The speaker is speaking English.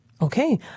okay